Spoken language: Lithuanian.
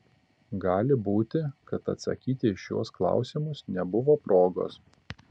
gali būti kad atsakyti į šiuos klausimus nebuvo progos